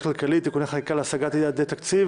הכלכלית (תיקוני חקיקה להשגת יעדי התקציב